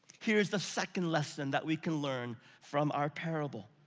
here is the second lesson that we can learn from our parable.